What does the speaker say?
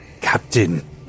Captain